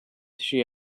she